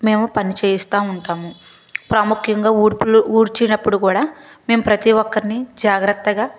మేము పనిచేయిస్తా ఉంటాము ప్రాముఖ్యంగా ఊడ్పు ఊడ్చినప్పుడు కూడా మేము ప్రతీ ఒక్కరిని జాగ్రత్తగా